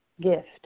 gift